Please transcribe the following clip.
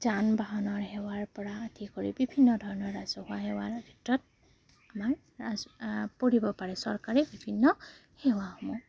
যান বাহনৰ সেৱাৰ পৰা আদি কৰি বিভিন্ন ধৰণৰ ৰাজহুৱা সেৱাৰ ক্ষেত্ৰত আমাৰ ৰাজ পঢ়িব পাৰে চৰকাৰে বিভিন্ন সেৱাসমূহ